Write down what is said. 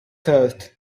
heart